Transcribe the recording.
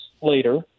later